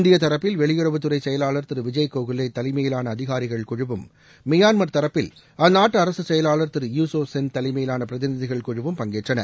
இந்திய தரப்பில் வெளியுறவுத்துறை செயலாளர் திரு விஜய் கோகுலே தலைமையிலான அதிகாரிகள் குழுவும் மியான்மர் தரப்பில் அந்நாட்டு அரசு செயலாளர் திரு யு சோ சென் தலைமயிலான பிரதிநிதிகள் குழுவும் பங்கேற்றன